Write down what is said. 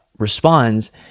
responds